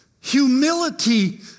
Humility